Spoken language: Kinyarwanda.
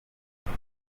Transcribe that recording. muri